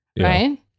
right